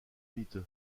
mitte